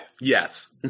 yes